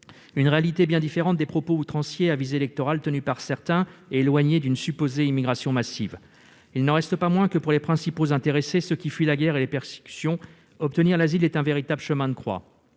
de celle qui ressort des propos outranciers à visée électorale tenus par certains. Nous sommes bien loin d'une supposée immigration massive. Il n'en reste pas moins que, pour les principaux intéressés, ceux qui fuient la guerre et les persécutions, obtenir l'asile est un véritable chemin de croix.